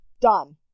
Done